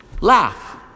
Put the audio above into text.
laugh